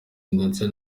ndetse